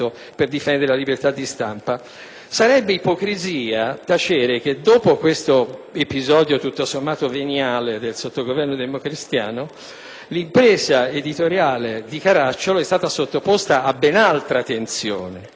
per difendere la libertà di stampa». Sarebbe ipocrisia tacere che, dopo questo episodio tutto sommato veniale del sottogoverno democristiano, l'impresa editoriale di Caracciolo è stata sottoposta a ben altra tensione.